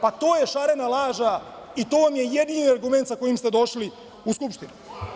Pa, to je šarena laža i to vam jedini argument sa kojim ste došli u Skupštinu.